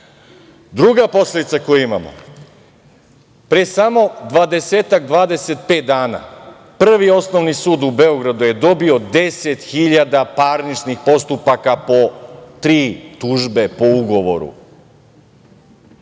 puta. Druga posledica koju imamo. Pre samo 20, 25 dana, Prvi osnovni sud u Beogradu je dobio 10.000 parničnih postupaka po tri tužbe po ugovoru.